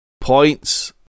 points